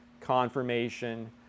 confirmation